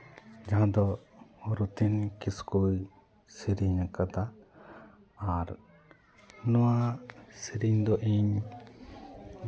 ᱡᱟᱦᱟᱸ ᱫᱚ ᱨᱚᱛᱷᱤᱱ ᱠᱤᱥᱠᱩᱭ ᱥᱮᱹᱨᱮᱹᱧ ᱟᱠᱟᱫᱟ ᱟᱨ ᱱᱚᱣᱟ ᱥᱮᱹᱨᱮᱹᱧ ᱫᱚ ᱤᱧ